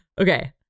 Okay